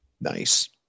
Nice